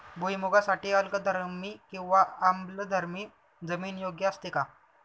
भुईमूगासाठी अल्कधर्मी किंवा आम्लधर्मी जमीन योग्य असते का?